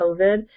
COVID